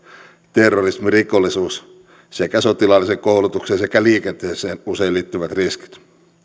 terrorismi rikollisuus sekä sotilaalliseen koulutukseen sekä liikenteeseen usein liittyvät riskit